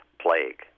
plague